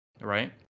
right